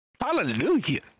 Hallelujah